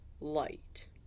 Light